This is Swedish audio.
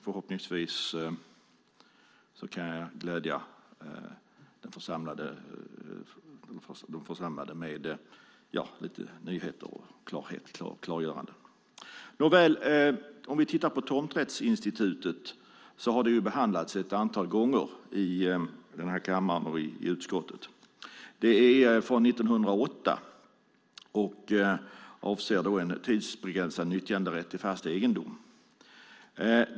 Förhoppningsvis kan jag glädja de församlade med lite nyheter och klargöranden. Nåväl! Tomträttsinstitutet har behandlats ett antal gånger i denna kammare och i utskottet. Det är från 1908 och avser en tidsbegränsad nyttjanderätt till fast egendom.